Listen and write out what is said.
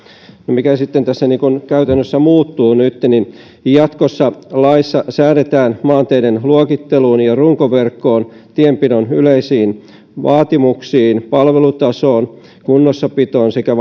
mikä tässä sitten käytännössä muuttuu nyt jatkossa laissa säädetään maanteiden luokitteluun ja runkoverkkoon tienpidon yleisiin vaatimuksiin palvelutasoon kunnossapitoon sekä